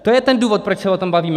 To je ten důvod, proč se o tom bavíme.